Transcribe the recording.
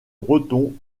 breton